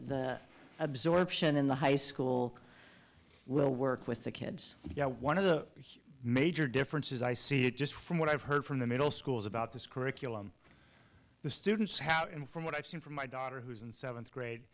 y absorption in the high school will work with the kids you know one of the major differences i see it just from what i've heard from the middle schools about this curriculum the students have and from what i've seen from my daughter who's in seventh grade